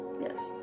Yes